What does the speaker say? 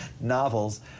novels